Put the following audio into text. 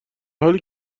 حالی